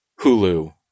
Hulu